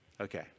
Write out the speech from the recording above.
Okay